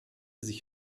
sich